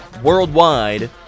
Worldwide